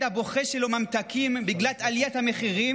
הבוכה שלו ממתקים בגלל עליית המחירים,